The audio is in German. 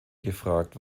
gefragt